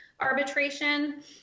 arbitration